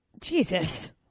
Jesus